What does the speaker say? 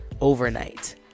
overnight